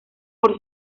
por